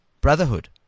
brotherhood